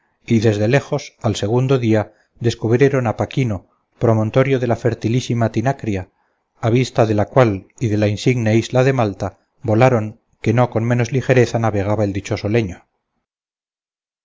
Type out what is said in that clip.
y desde lejos al segundo día descubrieron a paquino promontorio de la fertilísima tinacria a vista de la cual y de la insigne isla de malta volaron que no con menos ligereza navegaba el dichoso leño